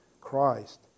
Christ